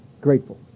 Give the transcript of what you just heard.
grateful